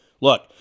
Look